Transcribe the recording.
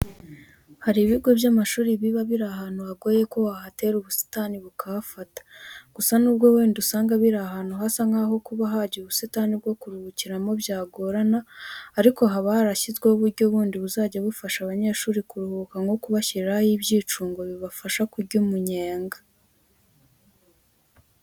Hari ibigo by'amashuri biba biri ahantu hagoye ko wahatera ubusitani bukahafata. Gusa nubwo wenda usanga biri ahantu hasa nkaho kuba hajya ubusitani bwo kuruhukiramo byagorana ariko haba harashyizweho uburyo bundi buzajya bufasha abanyeshuri kuruhuka nko kubashyiriraho ibyicungo bibafasha kurya umunyenga.